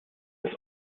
des